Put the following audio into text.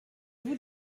vous